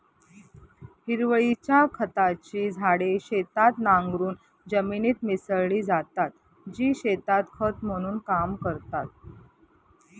हिरवळीच्या खताची झाडे शेतात नांगरून जमिनीत मिसळली जातात, जी शेतात खत म्हणून काम करतात